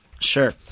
Sure